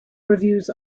reviews